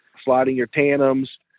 sliding your tandems.